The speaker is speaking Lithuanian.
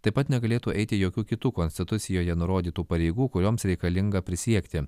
taip pat negalėtų eiti jokių kitų konstitucijoje nurodytų pareigų kurioms reikalinga prisiekti